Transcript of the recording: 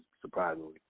surprisingly